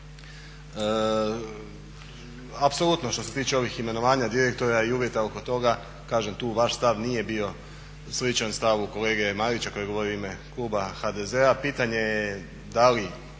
Apsolutno što se tiče ovih imenovanja direktora i uvjeta oko toga, kažem tu vaš stav nije bio sličan stavu kolege Marića koji je govorio u ime kluba HDZ-a.